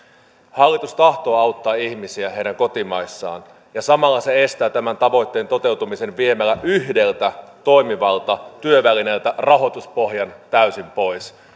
hallitus tahtoo auttaa ihmisiä heidän kotimaissaan ja samalla se estää tämän tavoitteen toteutumisen viemällä yhdeltä toimivalta työvälineeltä rahoituspohjan täysin pois